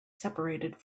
seperated